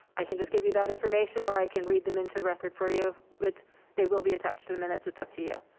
i can just give you that information or i can read them into the record for you. it's they will be attached to the minutes. it's up to you.